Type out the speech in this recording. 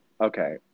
okay